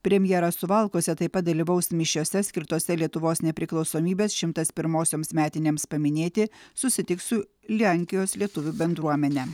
premjeras suvalkuose taip pat dalyvaus mišiose skirtose lietuvos nepriklausomybės šimtas pirmosioms metinėms paminėti susitiks su lenkijos lietuvių bendruomene